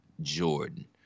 Jordan